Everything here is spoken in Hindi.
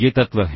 ये तत्व हैं